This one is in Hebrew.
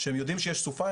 כאשר הם יודעים שיש סופה,